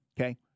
Okay